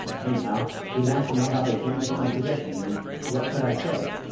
anyhow, he'd want to know how they came into my possession, and what could i say?